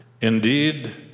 indeed